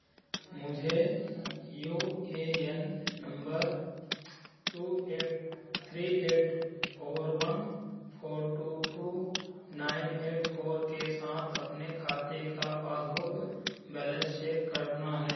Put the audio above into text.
मुझे U A N number two eight three eight four one four two two nine eight four के के साथ अपने खाते का पासबुक बैलेंस चेक करना है